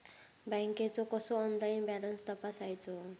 बँकेचो कसो online balance तपासायचो?